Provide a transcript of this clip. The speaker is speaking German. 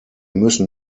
müssen